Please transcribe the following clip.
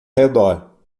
redor